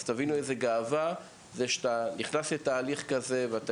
תבינו איזו גאווה זה שאתה נכנס לתהליך כזה ואתה